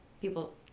people